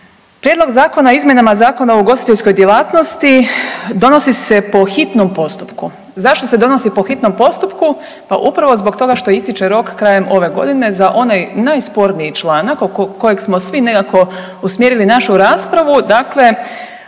Prijedlog Zakona o izmjenama Zakona o ugostiteljskoj djelatnosti donosi se po hitnom postupku. Zašto se donosi po hitnom postupku? Pa upravo zbog toga što ističe rok krajem ove godine za onaj najsporniji članak oko kojeg smo svi nekako usmjerili našu raspravu,